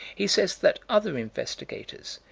he says that other investigators,